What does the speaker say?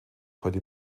heute